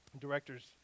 Director's